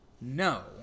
No